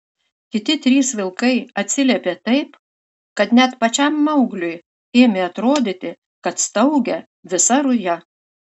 kiti trys vilkai atsiliepė taip kad net pačiam maugliui ėmė atrodyti kad staugia visa ruja